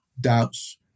doubts